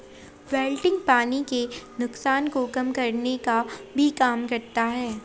wilting पानी के नुकसान को कम करने का भी काम करता है